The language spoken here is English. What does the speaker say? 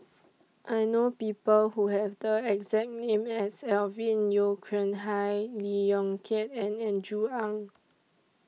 I know People Who Have The exact name as Alvin Yeo Khirn Hai Lee Yong Kiat and Andrew Ang